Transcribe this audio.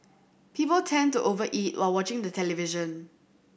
people tend to over eat while watching the television